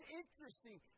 interesting